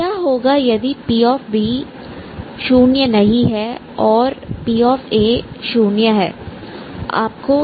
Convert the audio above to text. क्या होगा यदि p≠0 और p0